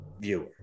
viewer